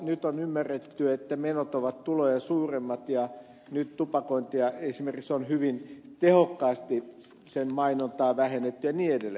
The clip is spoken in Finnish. nyt on ymmärretty että menot ovat tuloja suuremmat ja nyt esimerkiksi tupakointia sen mainontaa on hyvin tehokkaasti vähennetty ja niin edelleen